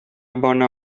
bona